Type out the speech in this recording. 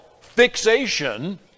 fixation